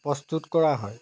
প্ৰস্তুত কৰা হয়